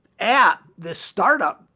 app the startup,